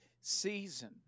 season